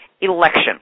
election